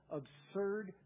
absurd